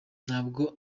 ntabwo